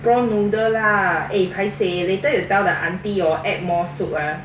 prawn noodle lah eh paiseh later you tell the aunty orh add more soup ah